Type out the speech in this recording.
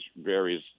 varies